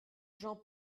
jean